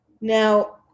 Now